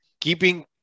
Keeping